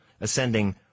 ascending